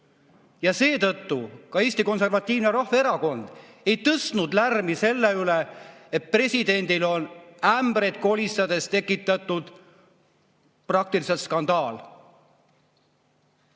Ja seetõttu ka Eesti Konservatiivne Rahvaerakond ei tõstnud lärmi selle üle, et president on ämbreid kolistades tekitanud praktiliselt skandaali.